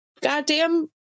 goddamn